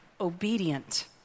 obedient